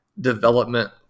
development